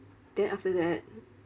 then after that